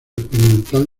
experimental